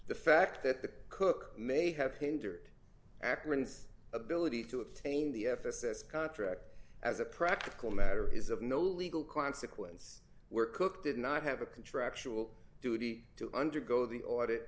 the fact that the cook may have hindered ackerman's ability to obtain the f s s contract as a practical matter is of no legal consequence were cooked did not have a contractual duty to undergo the audit